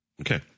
Okay